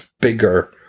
bigger